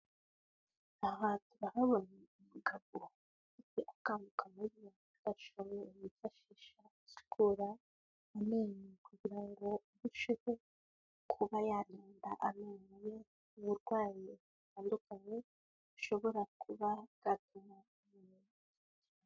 Aha turabonye umugabo ufite akanu kabugenewe wifashisha usukura amenyo kugira ngo arusheho kuba yarinda amenyo be uburwayi butandukanye bushobora kuba gatu.